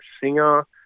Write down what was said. singer